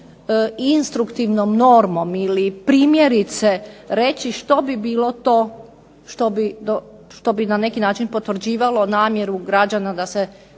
instruktivnom normom ili primjerice reći što bi bilo to što bi na neki način potvrđivalo namjeru građana da se